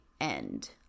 end